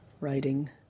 writing